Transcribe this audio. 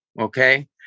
Okay